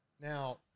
Now